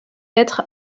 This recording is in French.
être